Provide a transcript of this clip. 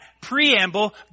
preamble